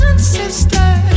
sister